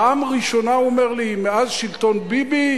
פעם ראשונה, הוא אומר לי, מאז שלטון ביבי,